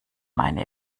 meine